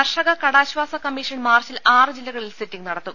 കർഷക കടാശ്വാസ കമ്മീഷൻ മാർച്ചിൽ ആറ് ജില്ലകളിൽ സിറ്റിംഗ് നടത്തും